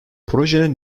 projenin